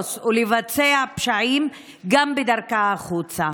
לדרוס ולבצע פשעים גם בדרכה החוצה.